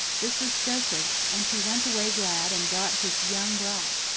this was joseph's, and he went away glad and brought his young bride.